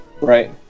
right